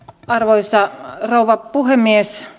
arvoisa rouva puhemies